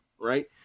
right